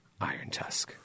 Irontusk